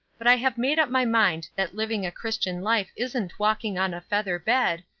but i have made up my mind that living a christian life isn't walking on a feather bed,